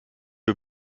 wir